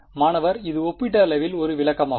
மாணவர் இது ஒப்பீட்டளவில் ஒரு விளக்கமாகும்